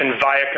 via